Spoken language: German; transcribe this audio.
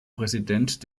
präsident